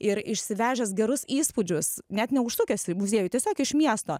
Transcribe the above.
ir išsivežęs gerus įspūdžius net neužsukęs į muziejų tiesiog iš miesto